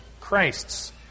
Christs